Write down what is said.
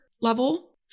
level